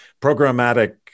programmatic